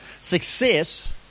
Success